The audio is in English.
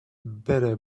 better